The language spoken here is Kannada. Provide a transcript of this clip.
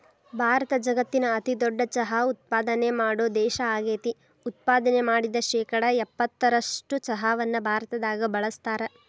ಭಾರತ ಜಗತ್ತಿನ ಅತಿದೊಡ್ಡ ಚಹಾ ಉತ್ಪಾದನೆ ಮಾಡೋ ದೇಶ ಆಗೇತಿ, ಉತ್ಪಾದನೆ ಮಾಡಿದ ಶೇಕಡಾ ಎಪ್ಪತ್ತರಷ್ಟು ಚಹಾವನ್ನ ಭಾರತದಾಗ ಬಳಸ್ತಾರ